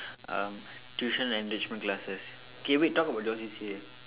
um tuition enrichment classes okay wait talk about your C_C_A